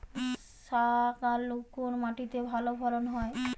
শাকালু কোন মাটিতে ভালো ফলন হয়?